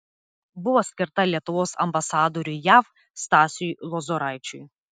buvo skirta lietuvos ambasadoriui jav stasiui lozoraičiui